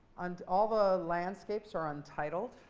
and all the landscapes are untitled.